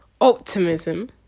optimism